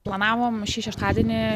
planavom šį šeštadienį